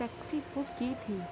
taxi book کی تھی